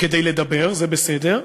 כדי לדבר, זה בסדר,